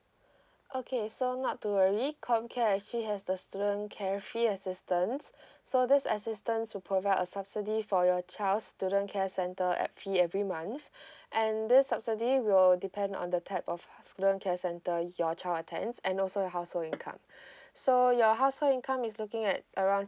okay so not to worry comcare actually has the student care free assistance so this assistance will provide a subsidy for your child's student care centre at fee every month and this subsidy will depend on the type of student care center your child attends and also your household income so your household income is looking at around